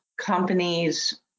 companies